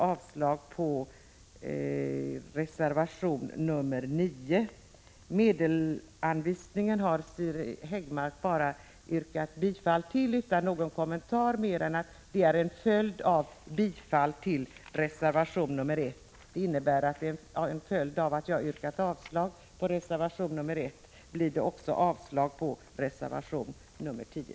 Sedan till reservation nr 10 om medelsanvisningen. Siri Häggmark har yrkat bifall till denna, med den enda kommentaren att det gäller under förutsättning av bifall till reservation nr 1. Eftersom jag har yrkat avslag på reservation nr 1, innebär det att jag yrkar avslag även på reservation nr 10.